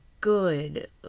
good